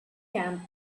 camp